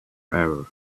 hour